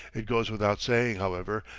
it goes without saying, however,